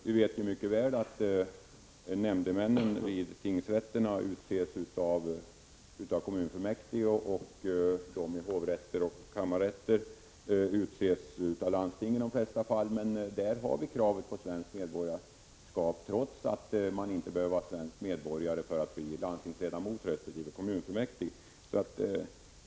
Vi vet mycket väl att nämndemännen i tingsrätterna utses av kommunfullmäktige och att de i hovrätter och kammarrätter i de flesta fall utses av landstingen. Men där har vi kravet på svenskt medborgarskap, trots att man inte behöver vara svensk medborgare för att bli landstingsledamot resp. kommunfullmäktig.